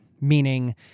meaning